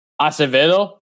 Acevedo